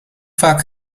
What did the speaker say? vaak